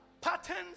patterns